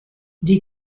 die